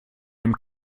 dem